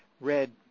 red